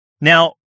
Now